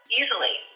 easily